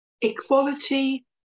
Equality